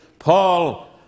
Paul